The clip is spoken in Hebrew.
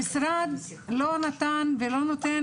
המשרד לא נתן ולא נותן,